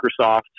Microsoft